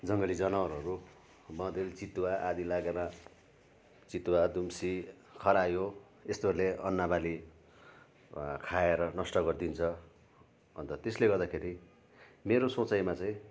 जङ्गली जानवरहरू बँदेल चितुवा आदि लागेर चितुवा दुम्सी खरायो यस्तोहरूले अन्नबाली खाएर नष्ट गरिदिन्छ अन्त त्यसले गर्दाखेरि मेरो सोचाइमा चाहिँ